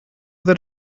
that